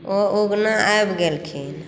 ओ उगना आबि गेलखिन